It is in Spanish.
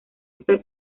esta